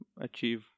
achieve